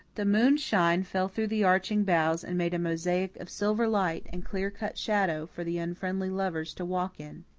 the moonshine fell through the arching boughs and made a mosaic of silver light and clear-cut shadow for the unfriendly lovers to walk in.